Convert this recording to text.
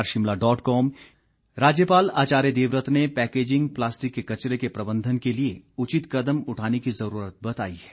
राज्यपाल राज्यपाल आचार्य देवव्रत ने पैकेजिंग पलास्टिक के कचरे के प्रबंधन के लिए उचित कदम उठाने की जरूरत बताई है